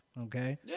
Okay